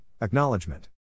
Acknowledgement